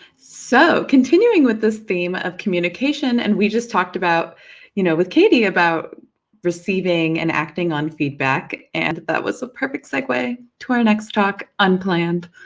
so, continuing with this theme of communication, and we just talked about you know with katie about receiving and acting on feedback, and that was a perfect segue to our next talk unplanned!